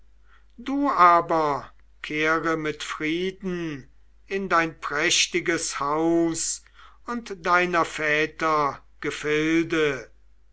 du aber kehre mit frieden in dein prächtiges haus und deiner väter gefilde